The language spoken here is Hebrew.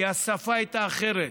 כי השפה הייתה אחרת.